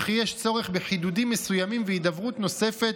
וכי יש צורך בחידודים מסוימים והידברות נוספת,